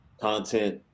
content